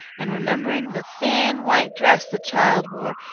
and remembering the thin, white dress the child wore,